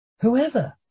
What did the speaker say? Whoever